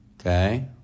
Okay